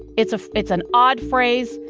it's ah it's an odd phrase,